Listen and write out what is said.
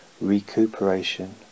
recuperation